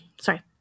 Sorry